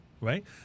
right